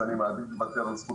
אז אני מעדיף לוותר על זכות הדיבור.